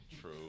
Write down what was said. True